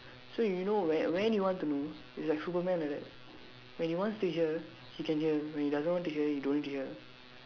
so you know where when you want to know is like Superman like that when he wants to hear he can hear when he doesn't want to hear he don't want to hear